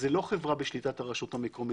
הרי